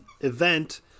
event